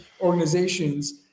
organizations